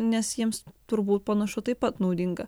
nes jiems turbūt panašu taip pat naudinga